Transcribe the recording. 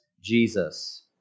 Jesus